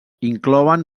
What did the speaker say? inclouen